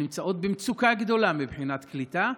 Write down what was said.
שנמצאות במצוקה גדולה מבחינת קליטה,